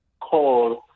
call